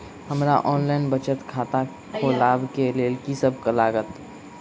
हमरा ऑनलाइन बचत खाता खोलाबै केँ लेल की सब लागत?